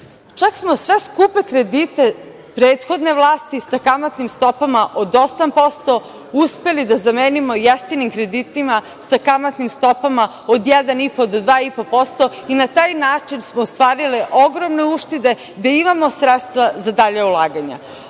smo sve skupe kredite prethodne vlasti sa kamatnim stopama od 8% uspeli da zamenimo jeftinim kreditima sa kamatnim stopama od 1,5% do 2,5% i na taj način smo ostvarili ogromne uštede, gde imamo sredstva za dalja ulaganja. Ovo